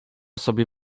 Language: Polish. sobie